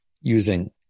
using